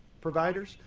providers,